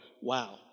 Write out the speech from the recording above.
wow